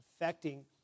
affecting